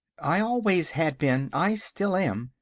i always had been, i still am,